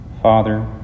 Father